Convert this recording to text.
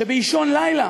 שבאישון לילה